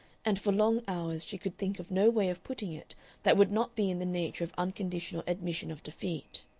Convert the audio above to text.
and for long hours she could think of no way of putting it that would not be in the nature of unconditional admission of defeat.